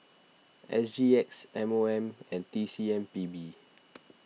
S G X M O M and T C M P B